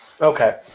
Okay